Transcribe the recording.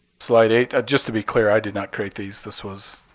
slide eight. just to be clear, i did not create these. this was